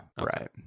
right